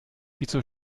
wieso